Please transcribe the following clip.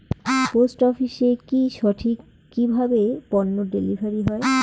Post অফিসে কি সঠিক কিভাবে পন্য ডেলিভারি হয়?